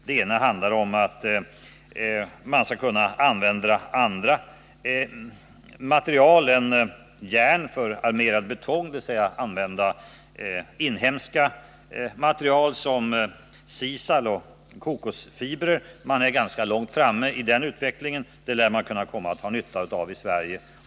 Det ena handlar om att man skall kunna använda andra material än järn för att tillverka armerad betong, dvs. inhemska material såsom sisal och kokosfibrer. Man är ganska långt framme när det gäller den utvecklingen, och även Sverige lär komma att ha nytta av detta.